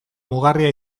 mugarria